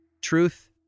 truth